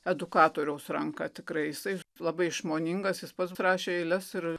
edukatoriaus ranką tikrai jisai labai išmoningas jis pats rašė eiles ir